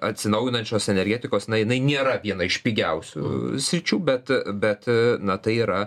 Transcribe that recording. atsinaujinančios energetikos na jinai nėra viena iš pigiausių sričių bet bet na tai yra